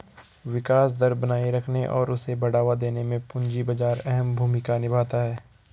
विकास दर बनाये रखने और उसे बढ़ावा देने में पूंजी बाजार अहम भूमिका निभाता है